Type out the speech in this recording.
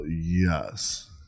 Yes